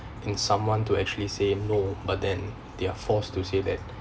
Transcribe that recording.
in someone to actually say no but then they are forced to say that